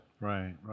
Right